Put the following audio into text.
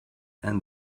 and